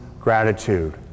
gratitude